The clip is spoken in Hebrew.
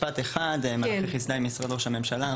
מלאכי חסדאי, משרד ראש הממשלה.